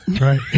right